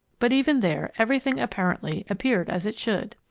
but even there everything, apparently, appeared as it should.